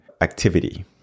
activity